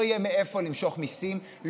לא יהיה מאיפה למשוך מיסים,